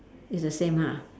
it's the same ha